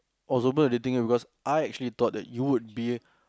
was the thing because I actually thought that you would be